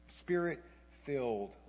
spirit-filled